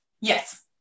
yes